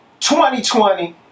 2020